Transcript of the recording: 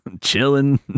chilling